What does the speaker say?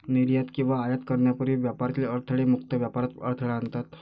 निर्यात किंवा आयात करण्यापूर्वी व्यापारातील अडथळे मुक्त व्यापारात अडथळा आणतात